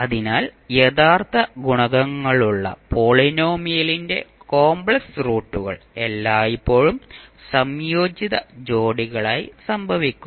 അതിനാൽ യഥാർത്ഥ ഗുണകങ്ങളുള്ള പോളിനോമിയലിന്റെ കോമ്പ്ലെക്സ് റൂട്ടുകൾ എല്ലായ്പ്പോഴും സംയോജിത ജോഡികളായി സംഭവിക്കും